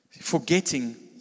Forgetting